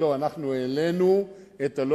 שאלתי היא,